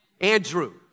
Andrew